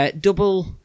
double